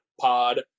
pod